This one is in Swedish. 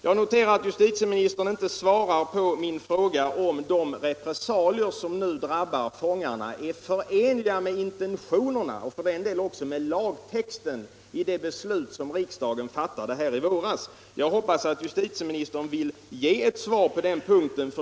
Jag noterar att justitieministern inte svarar på min fråga, om de re pressalier som nu drabbar fångarna är förenliga med intentionerna bakom — och för den delen också med lagtexten i — det beslut som riksdagen fattade i våras. Jag hoppas att justitieministern vill ge ett svar på den frågan.